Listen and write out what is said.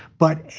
but